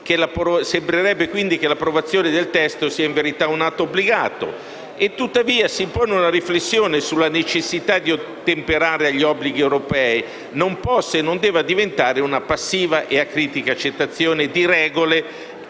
Sembrerebbe, quindi, che l'approvazione del testo sia, in verità, un atto obbligato. Tuttavia, si impone una riflessione sulla necessità che l'ottemperare agli obblighi europei non possa e non debba diventare una passiva e acritica accettazione di regole